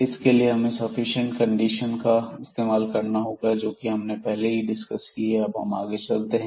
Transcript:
इसके लिए हमें सफिशिएंट कंडीशन का इस्तेमाल करना होगा जो कि हमने पहले डिस्कस की थी तो अब हम आगे चलते हैं